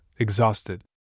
Exhausted